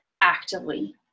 actively